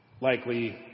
likely